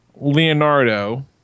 Leonardo